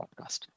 Podcast